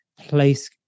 place